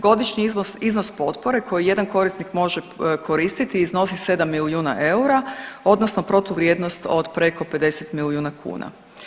Godišnji iznos potpore koji jedan korisnik može koristiti iznosi sedam milijuna eura odnosno protuvrijednost od preko 50 milijuna kuna.